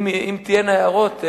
אם תהיינה הערות,